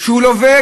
הוא לווה,